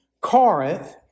Corinth